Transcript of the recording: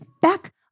back